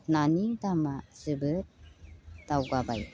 नानि दामआ जोबोद दावगाबाय